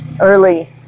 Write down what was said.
early